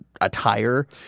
attire